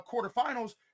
quarterfinals